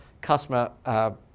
customer